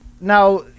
now